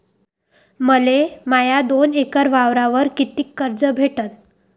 मले माया दोन एकर वावरावर कितीक कर्ज भेटन?